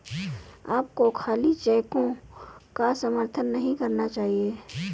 आपको खाली चेकों का समर्थन नहीं करना चाहिए